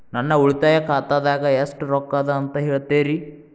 ನನ್ನ ಉಳಿತಾಯ ಖಾತಾದಾಗ ಎಷ್ಟ ರೊಕ್ಕ ಅದ ಅಂತ ಹೇಳ್ತೇರಿ?